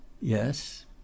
yes